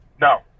No